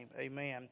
amen